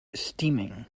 steaming